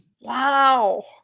Wow